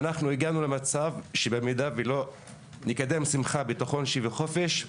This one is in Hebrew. והגענו למצב שבמידה ולא נקדם שמחה, ביטחון וחופש,